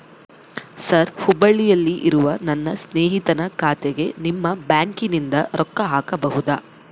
Sir ಹುಬ್ಬಳ್ಳಿಯಲ್ಲಿ ಇರುವ ನನ್ನ ಸ್ನೇಹಿತನ ಖಾತೆಗೆ ನಿಮ್ಮ ಬ್ಯಾಂಕಿನಿಂದ ರೊಕ್ಕ ಹಾಕಬಹುದಾ?